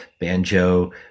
banjo